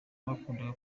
bagakunda